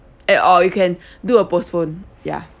at or you can do a postpone yeah